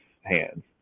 hands